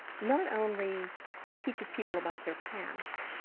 not only teaches people about their past,